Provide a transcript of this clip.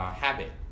habit